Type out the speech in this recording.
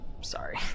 sorry